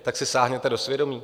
Tak si sáhněte do svědomí.